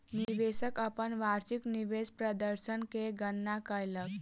निवेशक अपन वार्षिक निवेश प्रदर्शन के गणना कयलक